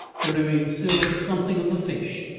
there remains still something of the fish,